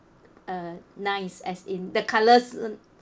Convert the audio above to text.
uh nice as in the colours